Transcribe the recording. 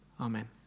amen